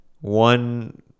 one